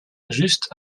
juste